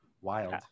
wild